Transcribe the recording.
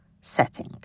setting